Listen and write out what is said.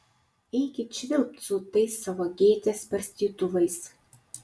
eikit švilpt su tais savo gėtės barstytuvais